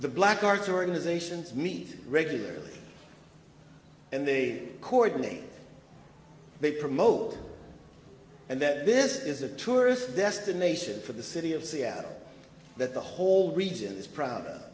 the black arts organizations meet regularly and the cordoning they promote and that this is a tourist destination for the city of seattle that the whole region is pro